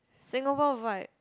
Singapore vibe